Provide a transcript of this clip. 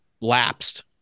lapsed